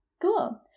cool